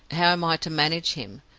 how am i to manage him?